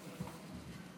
הציוני,